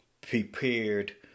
prepared